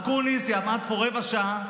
אקוניס עמד פה רבע שעה,